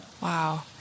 wow